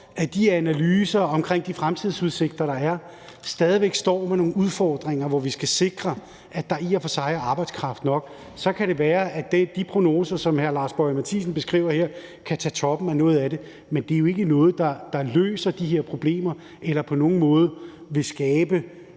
af de analyser omkring de fremtidsudsigter, der er, stadig væk står med nogle udfordringer, hvor vi skal sikre, at der i og for sig er arbejdskraft nok. Så kan det være, at de prognoser, som hr. Lars Boje Mathiesen beskriver her, kan tage toppen af noget af det, men det er jo ikke noget, der løser de her problemer eller på nogen måde vil skabe